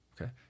okay